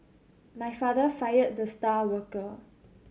my father fired the star worker